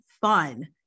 fun